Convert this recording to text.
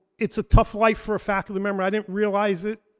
it's a tough life for a faculty member, i didn't realize it,